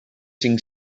cinc